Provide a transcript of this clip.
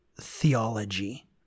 theology